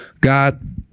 God